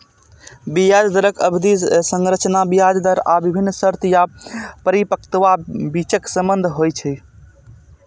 ब्याज दरक अवधि संरचना ब्याज दर आ विभिन्न शर्त या परिपक्वताक बीचक संबंध होइ छै